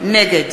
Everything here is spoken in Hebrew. נגד